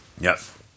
Yes